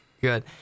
Good